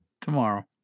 tomorrow